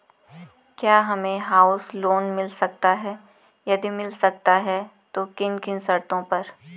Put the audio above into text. क्या हमें house loan मिल सकता है यदि मिल सकता है तो किन किन शर्तों पर?